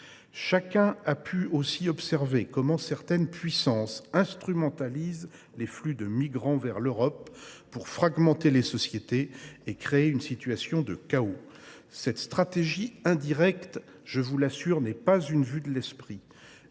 Chacun a aussi pu observer comment certaines puissances instrumentalisent les flux de migrants vers l’Europe, pour fragmenter les sociétés et créer une situation de chaos. Cette stratégie indirecte, je vous l’assure, n’est pas une vue de l’esprit